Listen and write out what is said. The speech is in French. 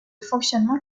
fonctionnement